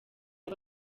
aba